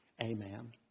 amen